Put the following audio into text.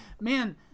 man